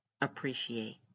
Appreciate